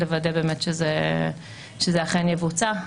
לוודא באמת שזה אכן יבוצע.